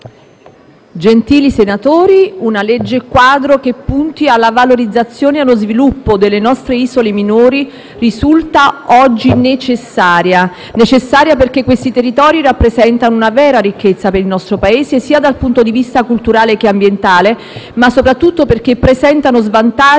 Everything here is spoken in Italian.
gentili senatori, una legge quadro che punti alla valorizzazione e allo sviluppo delle nostre isole minori risulta oggi necessaria: necessaria perché quei territori rappresentano una vera ricchezza per il nostro Paese, dal punto di vista sia culturale che ambientale, ma soprattutto perché presentano svantaggi